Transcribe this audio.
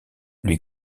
lui